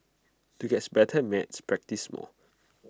to gets better at maths practise more